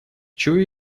чую